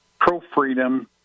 pro-freedom